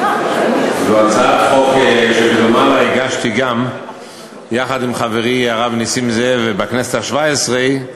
זו הצעת חוק שדומה לה הגשתי יחד עם חברי הרב נסים זאב בכנסת השבע-עשרה,